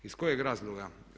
Iz kojeg razloga?